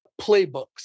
playbooks